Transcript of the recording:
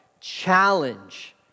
challenge